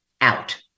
out